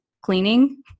cleaning